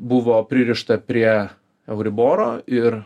buvo pririšta prie euriboro ir